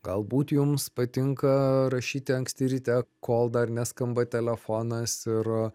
galbūt jums patinka rašyti anksti ryte kol dar neskamba telefonas ir